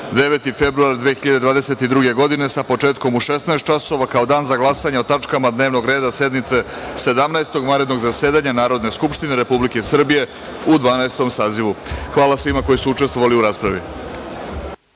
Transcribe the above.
9. februar 2022. godine, sa početkom u 16.00 časova, kao Dan za glasanje o tačkama dnevnog reda sednice Sedamnaestog vanrednog zasedanja Narodne skupštine Republike Srbije u Dvanaestom sazivu. Hvala svima koji su učestvovali u raspravi.